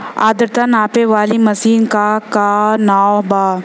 आद्रता नापे वाली मशीन क का नाव बा?